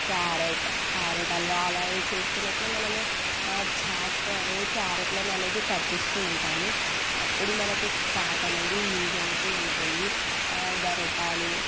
carrot carrot halwa అలావి చేసుకున్నప్పుడు మనము చాక్తో అనేది క్యారెట్లను అనేది కట్ చేస్తూ ఉంటాము అప్పుడు మనకు చాక్ అనేది యూజ్ అవుతూ ఉంటుంది గరిటెలు